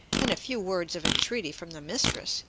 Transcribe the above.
and a few words of entreaty from the mistress,